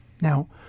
Now